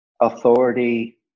authority